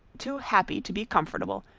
too happy to be comfortable,